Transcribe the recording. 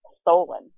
stolen